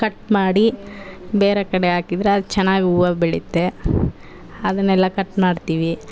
cut ಮಾಡಿ ಬೇರೆ ಕಡೆ ಹಾಕಿದ್ರ್ ಅದು ಚೆನ್ನಾಗ್ ಹೂವು ಬೆಳೆಯುತ್ತೆ ಅದನ್ನೆಲ್ಲ ಕಟ್ ಮಾಡ್ತೀವಿ